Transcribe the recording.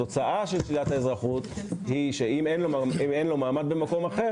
התוצאה של שלילת האזרחות היא שאם אין לו מעמד במקום אחר,